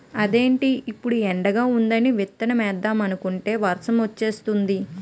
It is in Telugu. అదేటి ఇప్పుడే ఎండగా వుందని విత్తుదామనుకుంటే వర్సమొచ్చేతాంది